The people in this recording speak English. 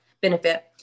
benefit